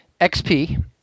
XP